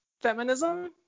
feminism